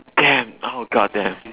damn oh God damn